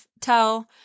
tell